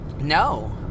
No